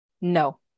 no